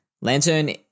Lantern